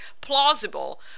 plausible